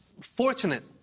Fortunate